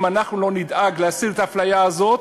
אם אנחנו לא נדאג להסיר את האפליה הזאת,